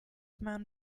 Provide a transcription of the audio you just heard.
man